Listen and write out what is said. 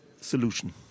solution